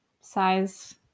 size